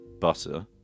butter